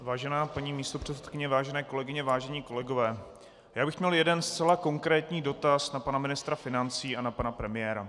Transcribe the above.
Vážená paní místopředsedkyně, vážené kolegyně, vážení kolegové, já bych měl jeden zcela konkrétní dotaz na pana ministra financí a na pana premiéra.